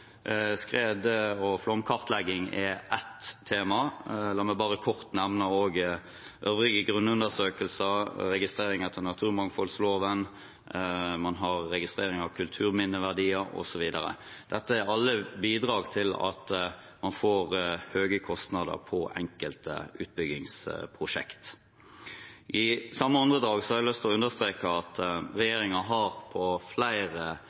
Skred- og flomkartlegging er ett tema. La meg bare kort også nevne øvrige grunnundersøkelser, registrering etter naturmangfoldloven, man har registrering av kulturminneverdier osv. Dette er alle bidrag til at man får høye kostnader for enkelte utbyggingsprosjekter. I samme åndedrag har jeg lyst til å understreke at regjeringen i flere